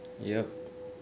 yup